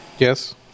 yes